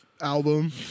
album